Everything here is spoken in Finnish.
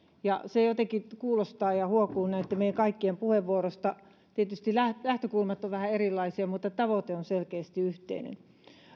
se jotenkin kuuluu ja huokuu meidän kaikkien puheenvuoroista tietysti lähtökulmat ovat vähän erilaisia mutta tavoite on selkeästi yhteinen